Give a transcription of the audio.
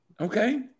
Okay